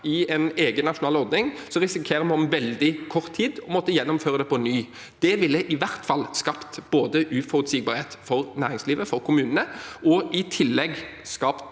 i en egen, nasjonal ordning, risikerer vi om veldig kort tid å måtte gjennomføre det på ny. Det ville i hvert fall skapt uforutsigbarhet for næringslivet og for kommunene og i tillegg skapt